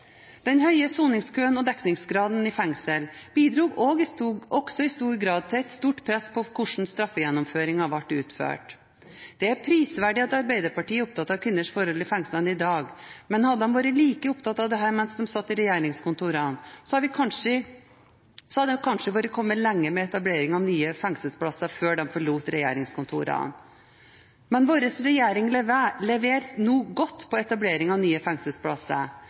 Den høye soningskøen og dekningsgraden i fengslene bidro også i stor grad til et stort press på hvordan straffegjennomføringen ble utført. Det er prisverdig at Arbeiderpartiet er opptatt av kvinners forhold i fengslene i dag, men hadde de vært like opptatt av dette mens de satt i regjeringskontorene, hadde de kanskje kommet lenger med etablering av nye fengselsplasser før de forlot regjeringskontorene. Vår regjering leverer nå godt på etablering av nye fengselsplasser